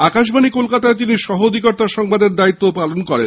আকাশবাণী কলকাতায় তিন সহ অধিকর্তা সংবাদের দায়িত্বও পালন করেন